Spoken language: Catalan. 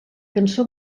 cançó